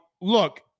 Look